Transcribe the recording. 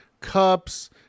cups